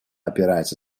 опирается